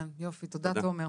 יופי, תודה תומר.